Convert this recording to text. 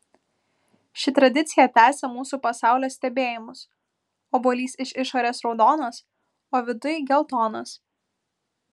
ši tradicija tęsia mūsų pasaulio stebėjimus obuolys iš išorės raudonas o viduj geltonas